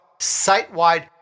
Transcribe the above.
site-wide